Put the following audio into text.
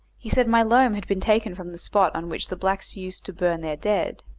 he said my loam had been taken from the spot on which the blacks used to burn their dead.